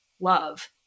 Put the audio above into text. love